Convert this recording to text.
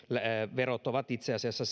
verot ovat itse asiassa